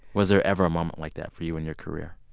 was there ever a moment like that for you in your career?